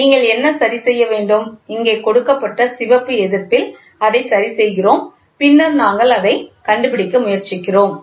நீங்கள் என்ன சரிசெய்ய வேண்டும் இங்கே கொடுக்கப்பட்ட சிவப்பு எதிர்ப்பில் அதை சரிசெய்கிறோம் பின்னர் நாங்கள் அதை கண்டுபிடிக்க முயற்சிக்கிறோம்